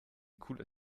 cooler